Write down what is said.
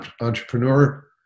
entrepreneur